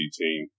team